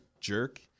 jerk